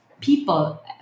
people